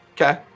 Okay